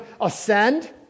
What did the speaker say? ascend